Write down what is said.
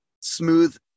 smooth